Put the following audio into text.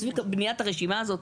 סביב בניית הרשימה הזאת?